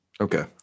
Okay